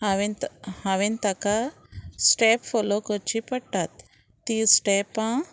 हांवेन तो हांवेन ताका स्टॅप फोलो करचीं पडटात तीं स्टॅपां